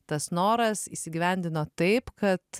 tas noras įsigyvendino taip kad